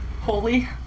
Holy